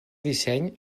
disseny